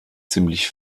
ziemlich